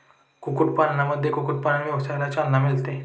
कुक्कुटपालनामुळे कुक्कुटपालन व्यवसायाला चालना मिळते